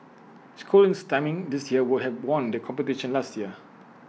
schooling's timing this year would have won the competition last year